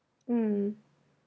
mm